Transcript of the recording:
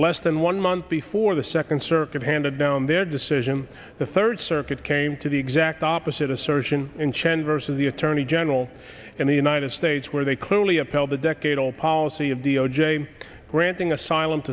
less than one month before the second circuit handed down their decision the third circuit came to the exact opposite assertion in chen versus the attorney general in the united states where they clearly upheld the decadal policy of d o j granting asylum